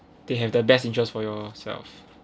they have the best interests for yourself